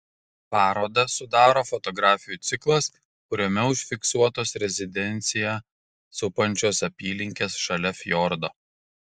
parodą sudaro fotografijų ciklas kuriame užfiksuotos rezidenciją supančios apylinkės šalia fjordo